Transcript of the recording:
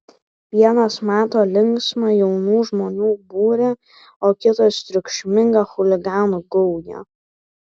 vienas mato linksmą jaunų žmonių būrį o kitas triukšmingą chuliganų gaują